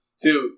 two